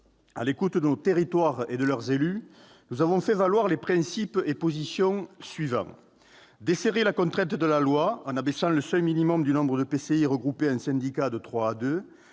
À l'écoute de nos territoires et de leurs élus, nous avons fait valoir les principes et positions suivants : d'abord, desserrer la contrainte de la loi en abaissant le seuil minimal du nombre d'EPCI regroupés en syndicat de trois